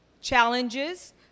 challenges